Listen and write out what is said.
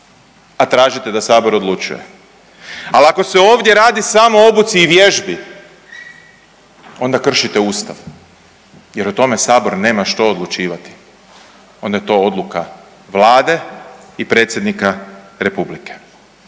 a tražite da sabor odlučuje. Al ako se ovdje radi samo o obuci i vježbi onda kršite ustav jer o tome sabor nema što odlučivati, onda je to odluka Vlade i predsjednika republike.